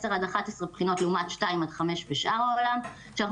עשר עד 11 בחינות לעומת שתיים עד חמש בשאר העולם כשאנחנו